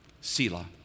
Selah